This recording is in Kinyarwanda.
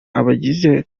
abagize